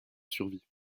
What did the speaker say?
survie